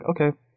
okay